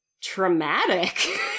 traumatic